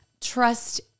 trust